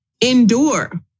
endure